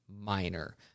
Minor